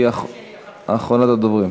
שהיא אחרונת הדוברים.